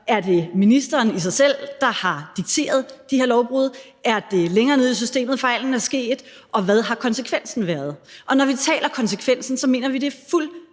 Er det ministeren selv, der har dikteret de her lovbrud, eller er det længere nede i systemet, fejlen er sket, og hvad har konsekvensen været? Og når vi taler om konsekvensen, mener vi, at det